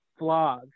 vlog